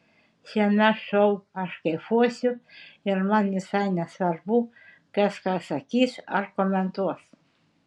šiame šou aš kaifuosiu ir man visai nesvarbu kas ką sakys ar komentuos